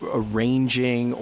arranging